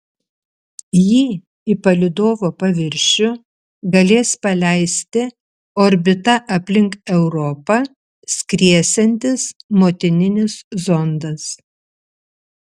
jį į palydovo paviršių galės paleisti orbita aplink europą skriesiantis motininis zondas